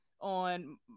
on